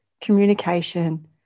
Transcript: Communication